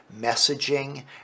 messaging